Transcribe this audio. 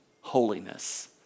holiness